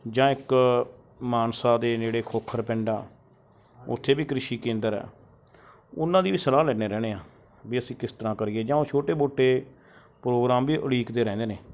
ਜਾਂ ਇੱਕ ਮਾਨਸਾ ਦੇ ਨੇੜੇ ਖੋਖਰ ਪਿੰਡ ਆ ਉੱਥੇ ਵੀ ਕ੍ਰਿਸ਼ੀ ਕੇਂਦਰ ਆ ਉਹਨਾਂ ਦੀ ਵੀ ਸਲਾਹ ਲੈਂਦੇ ਰਹਿੰਦੇ ਹਾਂ ਵੀ ਅਸੀਂ ਕਿਸ ਤਰ੍ਹਾਂ ਕਰੀਏ ਜਾਂ ਉਹ ਛੋਟੇ ਮੋਟੇ ਪ੍ਰੋਗਰਾਮ ਵੀ ਉਡੀਕਦੇ ਰਹਿੰਦੇ ਨੇ